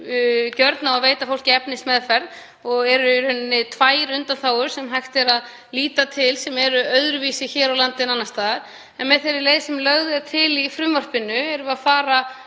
gjörn á að veita fólki efnismeðferð og eru í rauninni tvær undanþágur sem hægt er að líta til sem eru öðruvísi hér á landi en annars staðar. En með þeirri leið sem lögð er til í frumvarpinu erum við að fara